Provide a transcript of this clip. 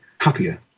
happier